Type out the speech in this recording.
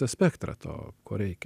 tą spektrą to ko reikia